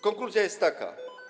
Konkluzja jest taka.